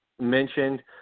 mentioned